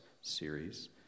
Series